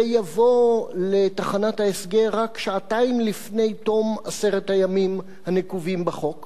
ויבוא לתחנת ההסגר רק שעתיים לפני תום עשרת הימים הנקובים בחוק ויגיד: